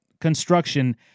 construction